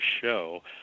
show